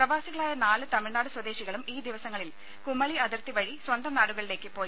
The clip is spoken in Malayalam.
പ്രവാസികളായ നാല് തമിഴ്നാട് സ്വദേശികളും ഈ ദിവസങ്ങളിൽ കുമളി അതിർത്തി വഴി സ്വന്തം നാടുകളിലേക്ക് പോയി